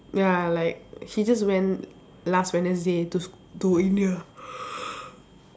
ya like he just went last wednesday to to India